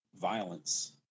violence